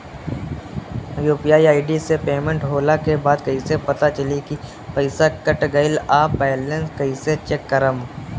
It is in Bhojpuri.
यू.पी.आई आई.डी से पेमेंट होला के बाद कइसे पता चली की पईसा कट गएल आ बैलेंस कइसे चेक करम?